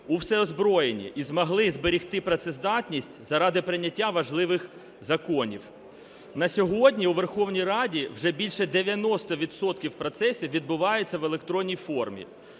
всеозброєнні і змогли зберегти працездатність заради прийняття важливих законів. На сьогодні у Верховній Раді вже більше 90 відсотків процесів відбувається в електронній формі.